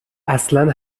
اصلن